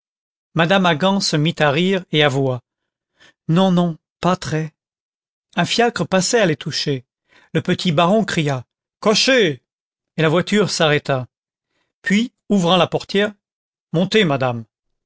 mme haggan se mit à rire et avoua non non pas très un fiacre passait à les toucher le petit baron cria cocher et la voiture s'arrêta puis ouvrant la portière montez madame